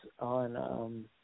On